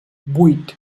vuit